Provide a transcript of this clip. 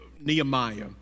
Nehemiah